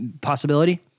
possibility